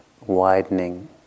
widening